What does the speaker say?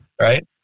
Right